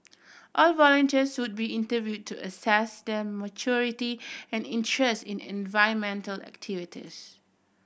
all volunteers would be interview to assess their maturity and interest in environmental activities